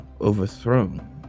overthrown